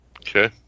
Okay